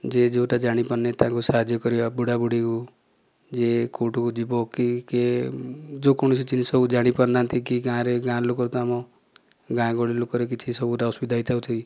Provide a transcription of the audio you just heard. ଯିଏ ଯେଉଁଟା ଜାଣିପାରୁନି ତାକୁ ସାହାଯ୍ୟ କରିବା ବୁଢ଼ାବୁଢ଼ୀକୁ ଯିଏ କେଉଁଠିକୁ ଯିବ କି କିଏ ଯେଉଁ କୌଣସି ଜିନିଷକୁ ଜାଣିପାରୁ ନାହାଁନ୍ତି କି ଗାଁରେ ଗାଁ ଲୋକର କାମ ଗାଁ ଗହଳି ଲୋକରେ କିଛି ସବୁ ଗୋଟିଏ ଅସୁବିଧା ହେଇଥାଉଛି